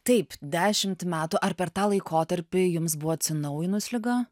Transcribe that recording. taip dešimt metų ar per tą laikotarpį jums buvo atsinaujinus liga